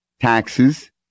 taxes